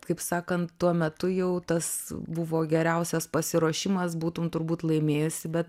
kaip sakant tuo metu jau tas buvo geriausias pasiruošimas būtum turbūt laimėjusi bet